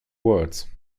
words